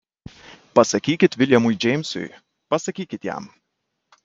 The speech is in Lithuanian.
pasakykit viljamui džeimsui pasakykit jam